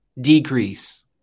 decrease